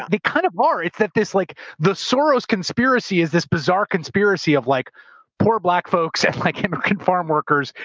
they kind of are, it's that this like the soros conspiracy is this bizarre conspiracy of like poor black folks and like and immigrant farm workers,